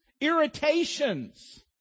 Irritations